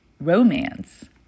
romance